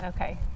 Okay